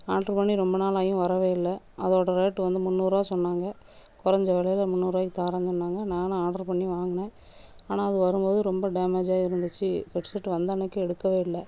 order பண்ணி ரொம்ப நாளாயும் வரவே இல்லை அதோட ரேட்டு வந்து முந்நூறுரூவா சொன்னாங்க குறஞ்ச விலைல முந்நூறுரூவாய்க்கு தாரேன் சொன்னாங்க நானும் ஆர்டர் பண்ணி வாங்குனேன் ஆனால் அது வரும் போது ரொம்ப டேமேஜாகி இருந்துச்சு ஹெட் செட் வந்த அன்றைக்கு எடுக்கவே இல்லை